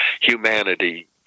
humanity